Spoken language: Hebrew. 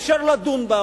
אפשר לדון בה.